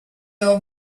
are